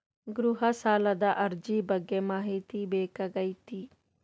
ಗೃಹ ಸಾಲದ ಅರ್ಜಿ ಬಗ್ಗೆ ಮಾಹಿತಿ ಬೇಕಾಗೈತಿ?